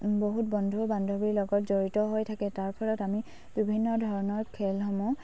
বহুত বন্ধু বান্ধৱীৰ লগত জড়িত হৈ থাকে তাৰ ফলত আমি বিভিন্ন ধৰণৰ খেলসমূহ